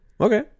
Okay